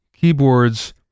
keyboards